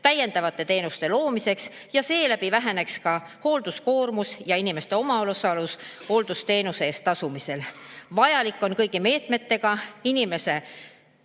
täiendavate teenuste loomiseks, et seeläbi väheneks ka hoolduskoormus ja inimeste omaosalus hooldusteenuse eest tasumisel. Vajalik on kõigi meetmetega inimese